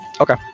Okay